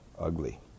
ugly